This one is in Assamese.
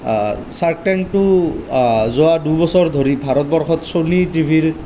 শ্বাৰ্ক টেংকটো যোৱা দুবছৰ ধৰি ভাৰতবৰ্ষত চ'নি টিভিৰ